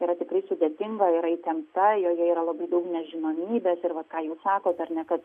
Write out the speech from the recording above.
yra tikrai sudėtinga yra įtempta joje yra labai daug nežinomybės ir vat ką jūs sakot ar ne kad